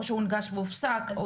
או שהונגש והופסק?